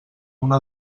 una